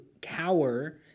cower